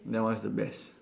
that one is the best